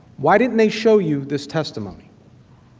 why didn't they show you this testimony?